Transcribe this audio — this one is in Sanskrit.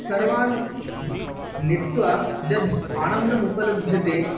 सर्वान् नीत्वा यद् आनन्दम् उपलभ्यते